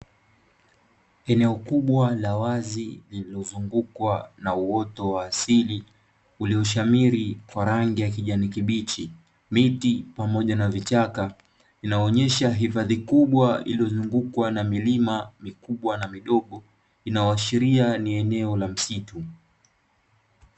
Eneo kubwa la wazi lililozungukwa na uoto wa asili, ulioshamiri kwa rangi ya kijani kibichi, miti, pamoja na vichaka. Inaonyesha hifadhi kubwa iliyozungukwa na milima mikubwa na midogo, inayoashiria ni eneo la msitu.